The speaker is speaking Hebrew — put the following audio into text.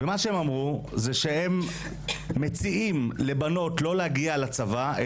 והם אמרו שהם מציעים לבנות לא להגיע לצבא,